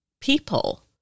people